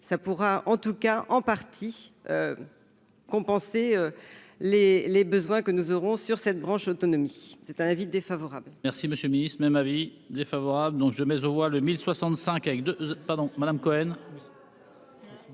ça pourra en tout cas en partie compensé les les besoins que nous aurons sur cette branche autonomie c'est un avis défavorable.